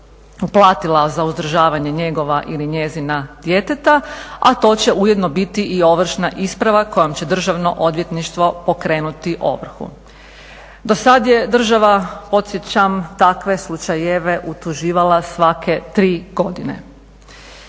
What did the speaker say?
uplatila za uzdržavanje njegova ili njezina djeteta, a to će ujedno biti i ovršna isprava kojom će Državno odvjetništvo pokrenuti ovrhu. Do sad je država podsjećam takve slučajeve utuživala svake tri godine.